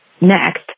next